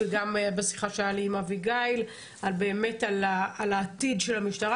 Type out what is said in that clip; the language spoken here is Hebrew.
וגם בשיחה שהייתה לי עם אביגיל באמת על העתיד של המשטרה.